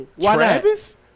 Travis